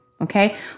Okay